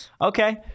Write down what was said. Okay